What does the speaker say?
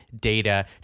Data